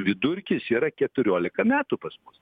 vidurkis yra keturiolika metų pas mus